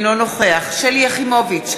אינו נוכח שלי יחימוביץ,